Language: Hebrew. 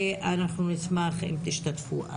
נשמח אם תשתתפו.